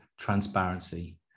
transparency